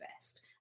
best